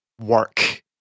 work